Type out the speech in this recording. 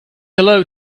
hello